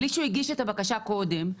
בלי שהוא הגיש את הבקשה קודם,